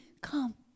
come